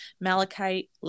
Malachite